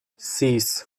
sis